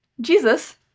Jesus